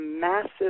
massive